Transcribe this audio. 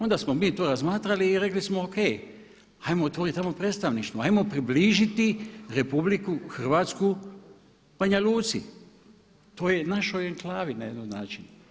Onda smo mi to razmatrali i rekli smo o.k., hajmo otvoriti tamo predstavništvo, hajmo približiti RH Banja Luci, toj našoj enklavi na jedan način.